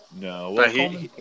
No